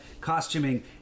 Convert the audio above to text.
costuming